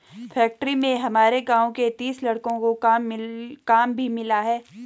factory में हमारे गांव के तीस लड़कों को काम भी मिला है